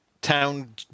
Town